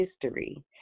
history